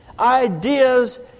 ideas